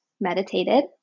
meditated